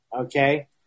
Okay